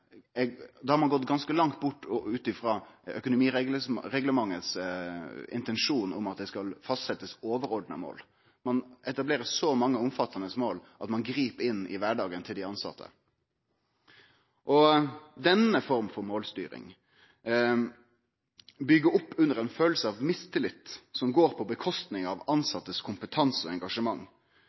har ein gått ganske langt bort og ut frå intensjonen til økonomireglementet om at det skal fastsetjast overordna mål. Ein etablerer så mange omfattande mål at ein grip inn i kvardagen til dei tilsette. Denne forma for målstyring byggjer opp under ei følelse av mistillit som går på kostnad av kompetansen og